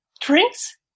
drinks